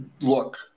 look